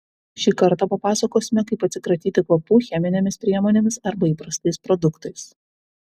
šį kartą papasakosime kaip atsikratyti kvapų cheminėmis priemonėmis arba įprastais produktais